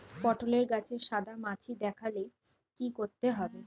পটলে গাছে সাদা মাছি দেখালে কি করতে হবে?